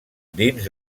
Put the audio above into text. dins